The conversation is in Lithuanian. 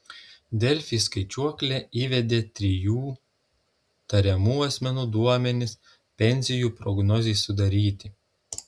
delfi į skaičiuoklę įvedė trijų tariamų asmenų duomenis pensijų prognozei sudaryti